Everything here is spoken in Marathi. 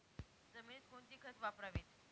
जमिनीत कोणती खते वापरावीत?